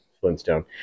Flintstone